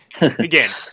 again